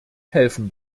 helfen